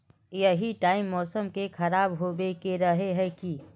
यही टाइम मौसम के खराब होबे के रहे नय की?